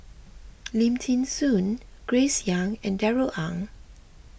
Lim thean Soo Grace Young and Darrell Ang